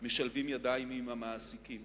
משלבים ידיים עם המעסיקים